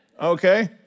Okay